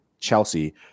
Chelsea